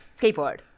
skateboard